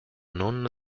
nonna